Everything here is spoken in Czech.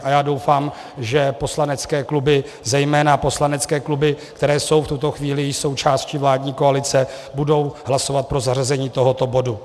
A doufám, že poslanecké kluby, zejména poslanecké kluby, které jsou v tuto chvíli součástí vládní koalice, budou hlasovat pro zařazení tohoto bodu.